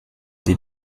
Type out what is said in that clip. sie